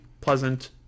pleasant